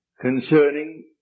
concerning